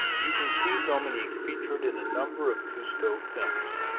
you can see dominique featured in a number of cousteau films.